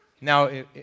Now